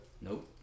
Nope